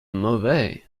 mauvais